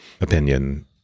opinion